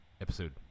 episode